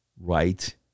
right